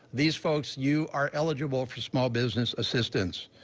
these folks, you are eligible for small business assistance.